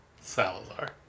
Salazar